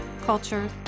culture